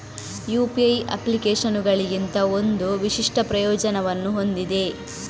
UPI ಅಪ್ಲಿಕೇಶನುಗಳಿಗಿಂತ ಒಂದು ವಿಶಿಷ್ಟ ಪ್ರಯೋಜನವನ್ನು ಹೊಂದಿದೆ